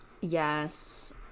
Yes